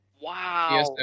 wow